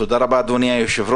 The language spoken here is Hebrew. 13:41) תודה רבה אדוני היושב-ראש,